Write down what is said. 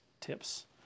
tips